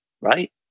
right